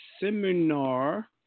seminar